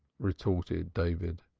retorted david.